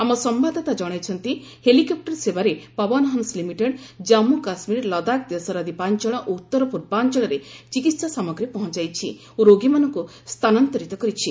ଆମ ସମ୍ଭାଦଦାତା ଜଣାଇଛନ୍ତି ହେଲିକପୁର ସେବାରେ ପବନ ହଂସ ଲିମିଟେଡ୍ ଜାମ୍ମୁ କାଶ୍କୀର ଲଦାଖ ଦେଶର ଦ୍ୱିପାଞ୍ଚଳ ଓ ଉତ୍ତର ପ୍ରର୍ବାଞ୍ଚଳରେ ଚିକିତ୍ସା ସାମଗ୍ରୀ ପହଞ୍ଚାଇଛି ଓ ରୋଗୀମାନଙ୍କୁ ସ୍ଥାନାନ୍ତରିତ କରିଛି